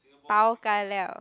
bao ka liao